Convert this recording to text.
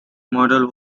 model